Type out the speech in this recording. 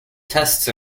tests